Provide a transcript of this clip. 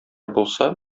булса